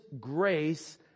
grace